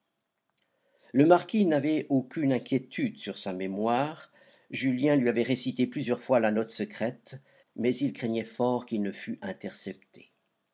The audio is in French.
le marquis n'avait aucune inquiétude sur sa mémoire julien lui avait récité plusieurs fois la note secrète mais il craignait tort qu'il ne fût intercepté